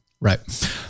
Right